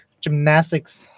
gymnastics